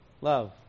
love